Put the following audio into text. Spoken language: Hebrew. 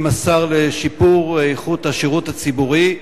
עם השר לשיפור איכות השירות הציבורי,